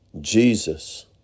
Jesus